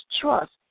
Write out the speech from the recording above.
trust